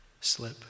slip